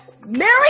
Mary